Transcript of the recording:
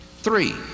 Three